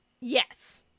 Yes